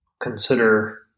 consider